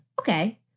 Okay